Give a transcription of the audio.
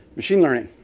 machine learning.